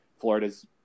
Florida's